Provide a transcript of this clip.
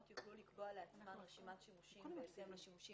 יוכלו לקבוע לעצמן רשימת שימושים בהתאם לצרכים